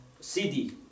CD